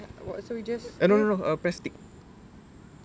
eh what so we just no no no press tick